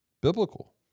biblical